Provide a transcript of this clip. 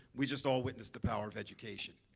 we just all witnessed the power of education,